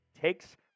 takes